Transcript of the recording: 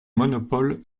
monopole